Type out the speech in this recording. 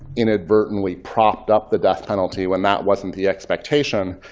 inadvertently propped up the death penalty when that wasn't the expectation.